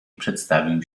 przedstawił